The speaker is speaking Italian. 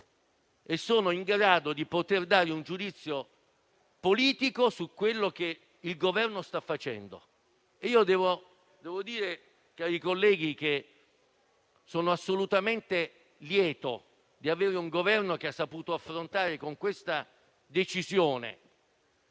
e sono in grado di poter dare un giudizio politico su ciò che il Governo sta facendo. Devo dire, cari colleghi, che sono assolutamente lieto di avere un Governo che ha saputo affrontare la situazione